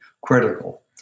critical